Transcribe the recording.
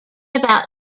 about